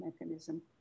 mechanism